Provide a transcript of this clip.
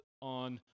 on